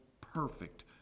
perfect